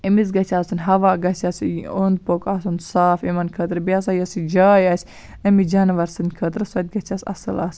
أمِس گژھِ آسٕنۍ ہوا گژھٮ۪س اوٚنٛد پوٚک آسُن صاف یِمَن خٲطرٕ بیٚیہِ ہسا یۄس یہِ جاے آسہِ أمِس جانوَر سٕنٛدۍ خٲطرٕ سۄ تہِ گَژھٮ۪س اصٕل آس